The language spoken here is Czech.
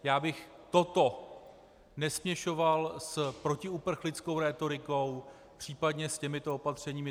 Já bych toto nesměšoval s protiuprchlickou rétorikou, případně s těmito opatřeními.